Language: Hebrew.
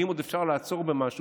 ואם עוד אפשר לעצור במשהו,